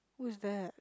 who's that